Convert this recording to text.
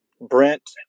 Brent